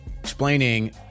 explaining